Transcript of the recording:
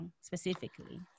specifically